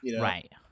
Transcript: Right